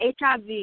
HIV